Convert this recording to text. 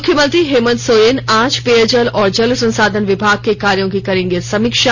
मुख्यमंत्री हेमंत सोरेन आज पेयजल और जल संसाधन विभाग के कार्यो की करेंगे समीक्षा